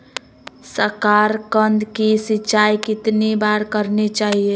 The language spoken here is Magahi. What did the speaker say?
साकारकंद की सिंचाई कितनी बार करनी चाहिए?